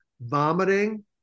vomiting